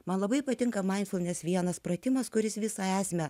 man labai patinka maiklo nes vienas pratimas kuris visą esmę